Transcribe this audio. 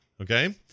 okay